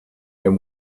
him